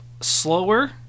slower